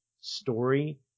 story